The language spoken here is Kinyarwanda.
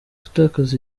gutakaza